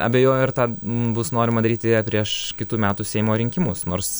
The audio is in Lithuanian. abejoju ar tą bus norima daryti prieš kitų metų seimo rinkimus nors